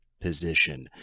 position